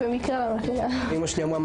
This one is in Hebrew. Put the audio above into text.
במכינה קדם צבאית היה אירוע נדיר,